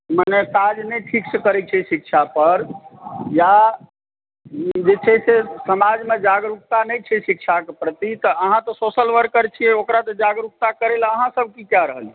मने काज नहि ठीकसँ करैत छै शिक्षा पर या जे छै से समाजमे जागरूकता नहि छै शिक्षाकऽ प्रति तऽ अहाँ तऽ सोशल वर्कर छियै ओकरा तऽ जागरूकता करै लऽ अहाँ सब की कए रहल छियै